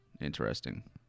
Interesting